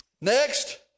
Next